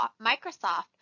Microsoft